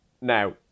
now